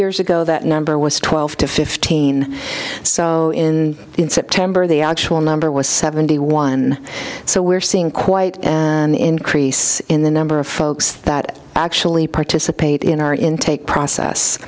years ago that number was twelve to fifteen so in september the actual number was seventy one so we're seeing quite an increase in the number of folks that actually participate in our intake process